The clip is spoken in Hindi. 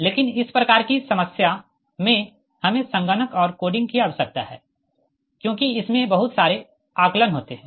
लेकिन इस प्रकार कि समस्या में हमे संगणक और कोडिंग की आवश्यकता है क्योंकि इसमे बहुत सारे आकलन होते है